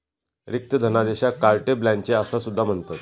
रिक्त धनादेशाक carte blanche असा सुद्धा म्हणतत